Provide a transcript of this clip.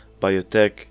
biotech